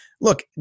look